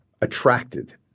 attracted